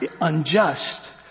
unjust